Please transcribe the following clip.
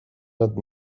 nad